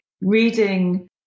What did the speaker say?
reading